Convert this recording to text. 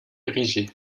érigé